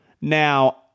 Now